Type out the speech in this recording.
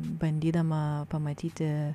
bandydama pamatyti